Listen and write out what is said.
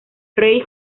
ray